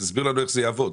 תסביר לנו איך זה יעבוד.